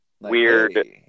weird